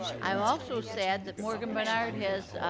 i'm also sad that morgan barnard has